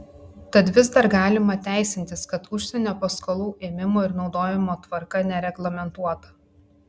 tad vis dar galima teisintis kad užsienio paskolų ėmimo ir naudojimo tvarka nereglamentuota